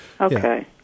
okay